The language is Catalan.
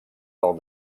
del